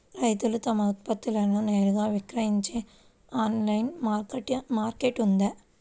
రైతులు తమ ఉత్పత్తులను నేరుగా విక్రయించే ఆన్లైను మార్కెట్ ఉందా?